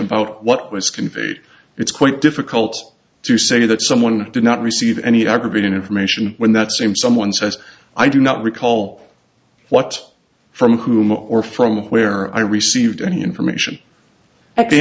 about what was conveyed it's quite difficult to say that someone did not receive any aggravating information when that same someone says i do not recall what from whom or from where i received any information at the